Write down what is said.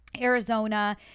Arizona